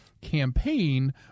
campaign